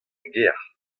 gêr